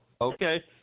Okay